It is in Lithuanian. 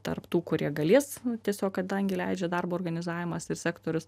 tarp tų kurie galės tiesiog kadangi leidžia darbo organizavimas ir sektorius